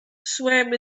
swam